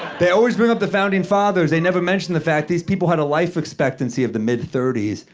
they always bring up the founding fathers. they never mention the fact these people had a life expectancy of the mid thirty s,